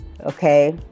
Okay